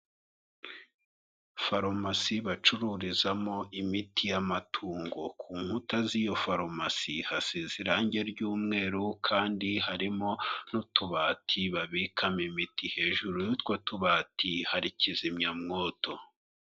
Farumasi bacururizamo imiti y'amatungo. Ku nkuta z'iyo farumasi hasize irange ry'umweru kandi harimo n'utubati babikamo imiti. Hejuru y'utwo tubati, hari kizimyamwoto.